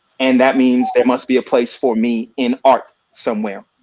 and that means there must be a place for me in art somewhere,